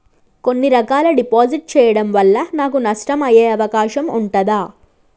కొన్ని రకాల డిపాజిట్ చెయ్యడం వల్ల నాకు నష్టం అయ్యే అవకాశం ఉంటదా?